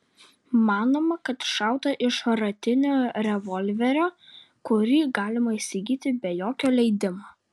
manoma kad šauta iš šratinio revolverio kurį galima įsigyti be jokio leidimo